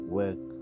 work